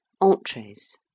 entrees